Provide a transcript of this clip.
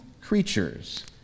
creatures